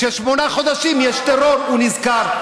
כששמונה חודשים יש טרור, הוא נזכר.